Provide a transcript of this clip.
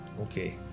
Okay